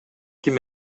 ким